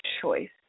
choice